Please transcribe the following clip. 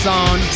on